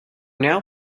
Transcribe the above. now